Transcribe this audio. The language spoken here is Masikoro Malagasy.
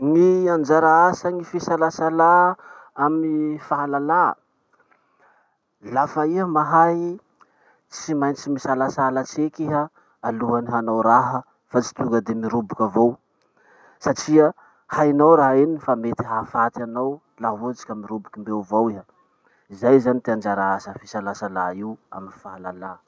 Ny anjara asan'ny fisalasala amy fahalalà. Laha fa iha mahay, tsy maintsy misalasala tseky iha alohan'ny manao raha fa tsy tonga de miroboky avao satria hainao raha iny fa mety hahafaty anao laha ohatsy ka miroboky mbeo avao iha. Zay zany ty anjara asa ty fisalasalà io amy fahalalà.